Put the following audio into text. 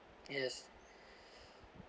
yes